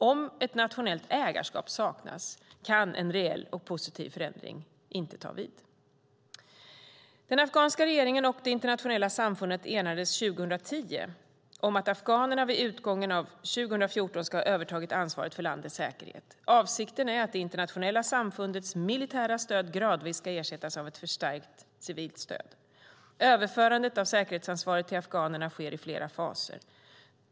Om ett nationellt ägarskap saknas kan en reell och positiv förändring inte ta vid. Den afghanska regeringen och det internationella samfundet enades 2010 om att afghanerna vid utgången av 2014 ska ha övertagit ansvaret för landets säkerhet. Avsikten är att det internationella samfundets militära stöd gradvis ska ersättas av ett förstärkt civilt stöd. Överförandet av säkerhetsansvaret till afghanerna sker i flera faser.